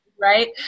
right